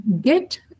Get